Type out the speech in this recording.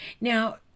now